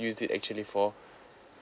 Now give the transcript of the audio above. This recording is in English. use it actually for